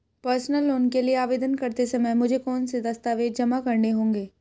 Personal loan के लिए आवेदन करते समय मुझे कौन से दस्तावेज़ जमा करने होंगे?